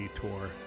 tour